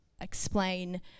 explain